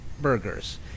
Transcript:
burgers